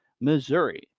Missouri